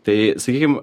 tai sakykim